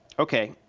okay,